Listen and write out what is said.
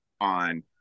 on